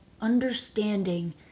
Understanding